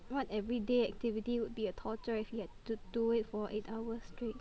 what everyday activity would be a torture if you had to do it for eight hours straight